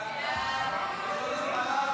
חברי הכנסת,